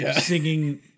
singing